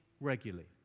regularly